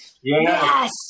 Yes